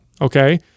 okay